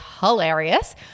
hilarious